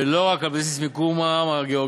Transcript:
ולא רק על בסיס מיקומם הגיאוגרפי,